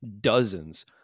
dozens